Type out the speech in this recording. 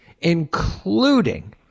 including